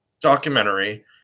documentary